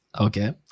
okay